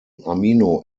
amino